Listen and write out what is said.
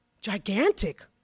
gigantic